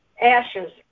ashes